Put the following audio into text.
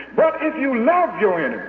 but if you love your